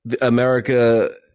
America